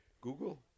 Google